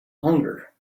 hunger